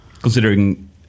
considering